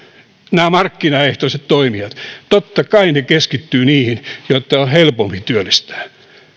nämä markkinaehtoiset toimijat totta kai keskittyvät niihin joita on helpompi työllistää